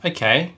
Okay